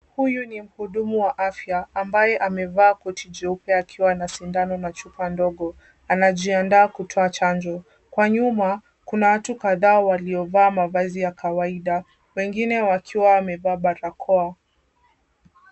Huyu ni mhudumu wa afya ambaye amevaa koti jeupe akiwa na sindano na chupa ndogo. Anajiandaa kutoa chanjo. Kwa nyuma, kuna watu kadhaa waliovaa mavazi ya kawaida. Wengine wakiwa wamevaa barakoa.